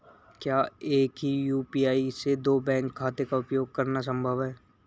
क्या एक ही यू.पी.आई से दो बैंक खातों का उपयोग करना संभव है?